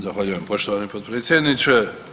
Zahvaljujem poštovani potpredsjedniče.